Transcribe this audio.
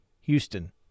Houston